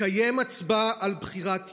לקיים הצבעה על בחירת יו"ר,